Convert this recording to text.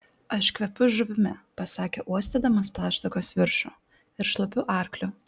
aš kvepiu žuvimi pasakė uostydamas plaštakos viršų ir šlapiu arkliu